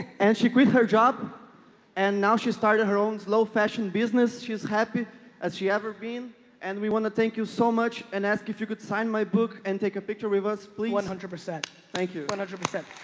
and she quit her job and now she started her own slow fashion business. she's happy as she ever been and we want to thank you so much and ask if you could sign my book and take a picture with us please. one hundred. thank you. one hundred percent